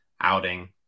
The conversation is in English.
outing